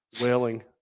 wailing